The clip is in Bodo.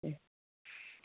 दे